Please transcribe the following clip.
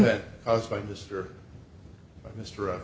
that caused by mr mr